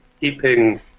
keeping